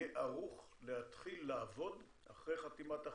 האם כל הסיפור הזה יהיה ערוך להתחיל לעבוד אחרי חתימת החוזים,